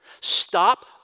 Stop